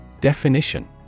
Definition